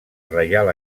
reial